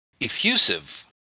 effusive